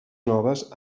noves